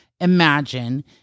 imagine